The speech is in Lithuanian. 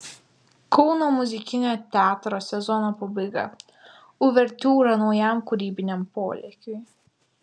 kauno muzikinio teatro sezono pabaiga uvertiūra naujam kūrybiniam polėkiui